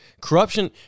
Corruption